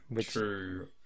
True